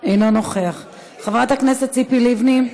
אינו נוכח, חברת הכנסת ציפי לבני,